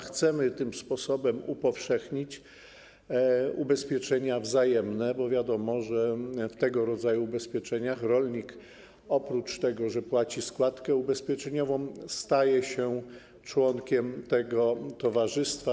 Chcemy tym sposobem upowszechnić ubezpieczenia wzajemne, bo wiadomo, że w tego rodzaju ubezpieczeniach rolnik oprócz tego, że płaci składkę ubezpieczeniową, staje się członkiem tego towarzystwa.